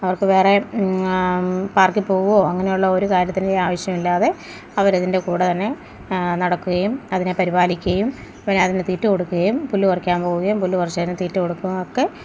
അവർക്ക് വേറെ പാർക്കി പോവുവോ അങ്ങനെയുള്ള ഒര്ഉ കാര്യത്തിൻറെയും ആവശ്യമില്ലാതെ അവർ അതിന്റെ കൂടെ തന്നെ നടക്കുകയും അതിനെ പരിപാലിക്കുകയും പിന്നെ അതിന് തീറ്റ കൊടുക്കുകയും പുല്ല് പറിക്കാൻ പോവുകയും പുല്ല് പറിച്ചതിന് തീറ്റ കൊടുക്കുകയും ഒക്കെ